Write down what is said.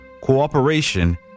cooperation